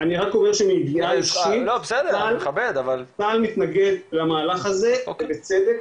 אני רק אומר שמידיעה אישית צה"ל מתנגד למהלך הזה ובצדק,